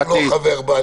-- אם הוא לא חבר בה,